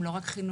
הם לא רק חינוך,